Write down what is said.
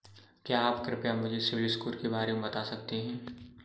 क्या आप कृपया मुझे सिबिल स्कोर के बारे में बता सकते हैं?